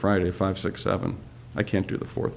friday five six seven i can't do the fourth